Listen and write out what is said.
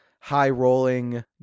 high-rolling